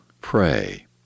pray